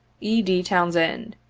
e. d. townsend.